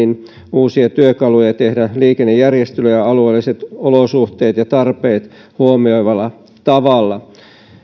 uusia työkaluja tehdä liikennejärjestelyjä alueelliset olosuhteet ja tarpeet huomioivalla tavalla